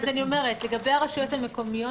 אז אני אומרת: לגבי הרשויות המקומיות,